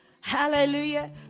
Hallelujah